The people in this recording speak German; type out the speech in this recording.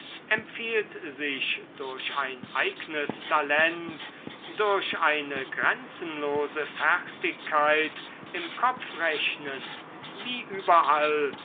empfiehlt sich durch ein eignes talent durch eine grenzenlose fertigkeit im kopfrechnen wie überall